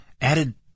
added